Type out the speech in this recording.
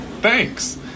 thanks